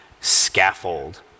scaffold